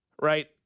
right